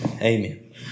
Amen